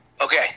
okay